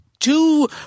two